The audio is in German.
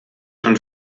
und